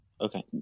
Okay